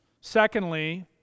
Secondly